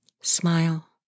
Smile